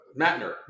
Matner